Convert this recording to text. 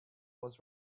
was